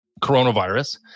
coronavirus